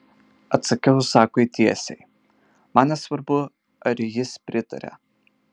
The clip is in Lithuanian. atsakiau zakui tiesiai man nesvarbu ar jis pritaria